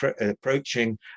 approaching